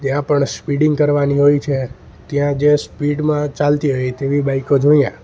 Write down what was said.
જ્યાં પણ સ્પીડિંગ કરવાની હોય છે જ્યાં જે સ્પીડમાં ચાલતી હોય તેવી બાઈકો જોઈએ